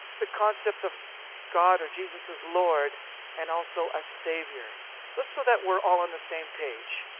the concept of god or jesus as lord and also as saviour, so so that we're all on the same page.